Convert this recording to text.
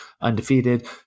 undefeated